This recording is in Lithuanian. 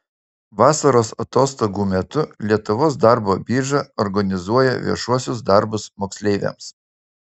vasaros atostogų metu lietuvos darbo birža organizuoja viešuosius darbus moksleiviams